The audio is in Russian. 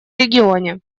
регионе